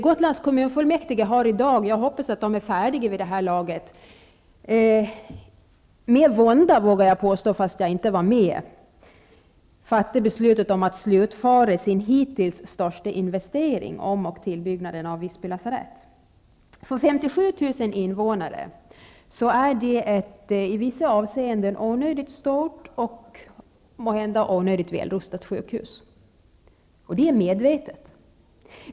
Gotlands kommunfullmäktige har i dag -- jag hoppas att de är färdiga vid det här laget -- med vånda, vågar jag påstå, fast jag inte var med, fattat beslut om att slutföra sin hittills största investering, om och tillbyggnaden av Visby lasarett. För 57 000 invånare är det ett i vissa avseenden onödigt stort och måhända onödigt välutrustat sjukhus. Det är medvetet.